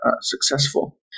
successful